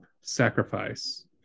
sacrifice